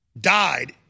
died